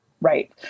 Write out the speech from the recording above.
Right